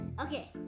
Okay